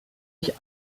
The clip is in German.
ich